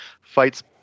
fights